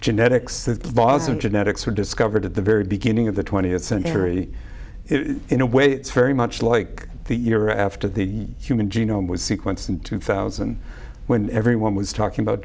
genetics the vase and genetics were discovered at the very beginning of the twentieth century in a way it's very much like the year after the human genome was sequenced in two thousand when everyone was talking about